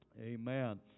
Amen